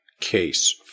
case